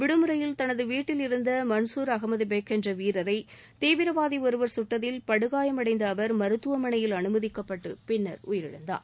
விடுமுறையில் தனது வீட்டில் இருந்த மன்சூர் அகமது பெக் என்ற வீரரை தீவிரவாதி ஒருவர் சுட்டதில் படுயாமடைந்த அவர் மருத்துவளையில் அனுமதிக்கப்பட்டு பின்னர் உயிரிழந்தார்